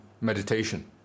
meditation